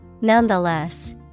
Nonetheless